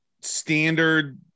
standard